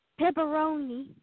Pepperoni